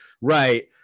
right